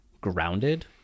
grounded